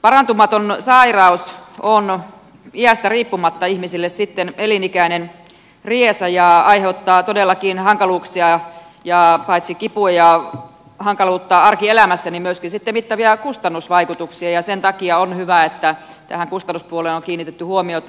parantumaton sairaus on iästä riippumatta ihmisille elinikäinen riesa ja aiheuttaa todellakin hankaluuksia ja paitsi kipua ja hankaluutta arkielämässä myöskin sitten mittavia kustannusvaikutuksia ja sen takia on hyvä että tähän kustannuspuoleen on kiinnitetty huomiota